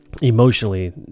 emotionally